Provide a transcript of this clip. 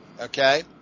okay